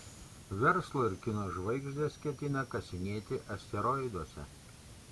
verslo ir kino žvaigždės ketina kasinėti asteroiduose